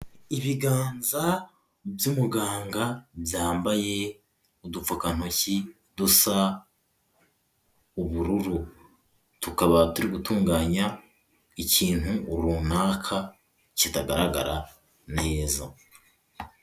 Ibiganza by'umuganga byambaye udupfukantoki dusa ubururu, tukaba turi gutunganya ikintu runaka kitagaragara neza.